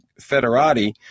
Federati